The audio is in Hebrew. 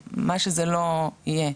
מה שזה לא יהיה,